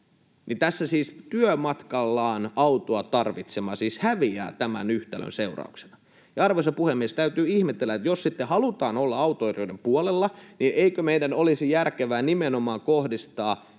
Tässä siis työmatkallaan autoa tarvitseva häviää tämän yhtälön seurauksena. Arvoisa puhemies! Täytyy ihmetellä, että jos sitten halutaan olla autoilijoiden puolella, niin eikö meidän olisi järkevää nimenomaan kohdistaa